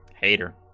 Hater